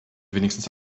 wenigstens